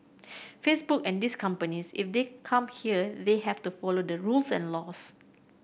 Facebook and these companies if they come here they have to follow the rules and laws